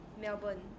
Melbourne